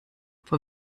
vor